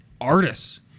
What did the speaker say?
artists